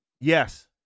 Yes